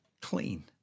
clean